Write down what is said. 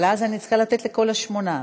אבל אז אני צריכה לתת לכל השמונה.